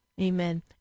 Amen